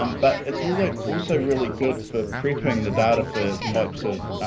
um but it's also really good for preparing the data for types of